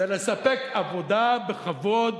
זה לספק עבודה בכבוד